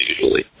usually